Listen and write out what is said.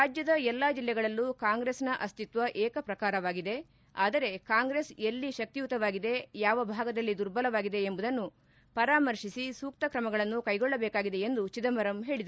ರಾಜ್ಯದ ಎಲ್ಲಾ ಜಿಲ್ಲೆಗಳಲ್ಲೂ ಕಾಂಗ್ರೆಸ್ನ ಅಸ್ತಿತ್ವ ಏಕಪ್ರಕಾರವಾಗಿದೆ ಆದರೆ ಕಾಂಗ್ರೆಸ್ ಎಲ್ಲಿ ಶಕ್ತಿಯುತವಾಗಿದೆ ಯಾವ ಭಾಗದಲ್ಲಿ ದುರ್ಬಲವಾಗಿದೆ ಎಂಬುದನ್ನು ಪರಾಮರ್ಶಿಸಿ ಸೂಕ್ತ ತ್ರಮಗಳನ್ನು ಕೈಗೊಳ್ಳಬೇಕಾಗಿದೆ ಎಂದು ಚಿದಂಬರಂ ಹೇಳಿದರು